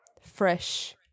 fresh